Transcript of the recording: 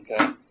okay